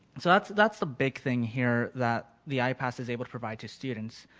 and so that's that's the big thing here that the ipass has able to provide to students.